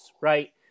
right